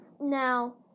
now